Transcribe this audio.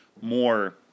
more